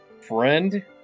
friend